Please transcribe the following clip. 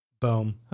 Boom